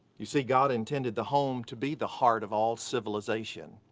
you see, god intended the home to be the heart of all civilization.